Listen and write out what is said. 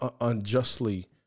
unjustly